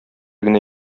генә